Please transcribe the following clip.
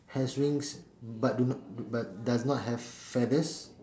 has wings but do not but does not have feathers